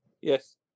Yes